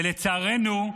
ולצערנו,